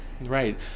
Right